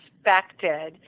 expected